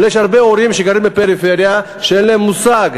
אבל יש הרבה הורים שגרים בפריפריה שאין להם מושג,